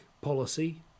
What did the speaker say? policy